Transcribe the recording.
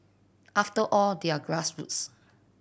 after all they are grassroots